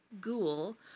Ghoul